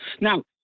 Now